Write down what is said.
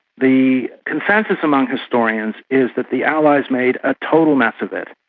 the consensus among historians is that the allies made a total mess of it,